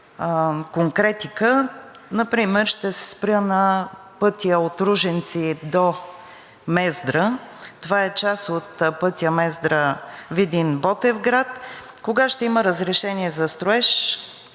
конкретика, например ще се спра на пътя от Ружинци до Мездра, това е част от пътя Мездра – Видин – Ботевград, кога ще има разрешение за строеж